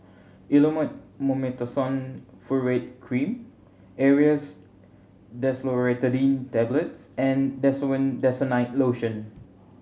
Elomet Mometasone Furoate Cream Aerius DesloratadineTablets and Desowen Desonide Lotion